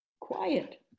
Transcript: quiet